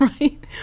Right